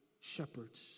shepherds